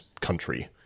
country